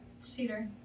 Cedar